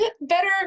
Better